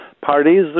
Parties